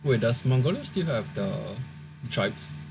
wait does Mongolia still have the tribes